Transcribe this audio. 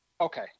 Okay